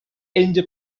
indo